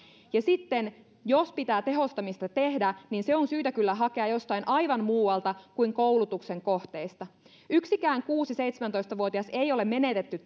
ja sitten jos pitää tehostamista tehdä niin se on syytä kyllä hakea jostain aivan muualta kuin koulutuksen kohteista yksikään kuusitoista viiva seitsemäntoista vuotias ei ole menetetty